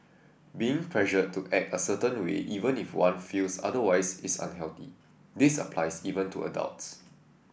being pressured to act a certain way even if one feels otherwise is unhealthy this applies even to adults